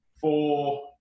four